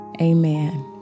Amen